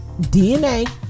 DNA